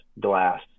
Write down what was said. glass